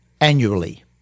annually